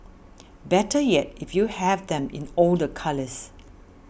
better yet if you have them in all the colours